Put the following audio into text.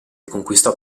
conquistò